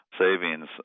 savings